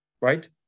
right